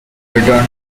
returned